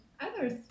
others